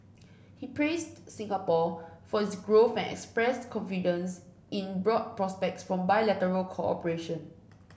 he praised Singapore for its growth and expressed confidence in broad prospects for bilateral cooperation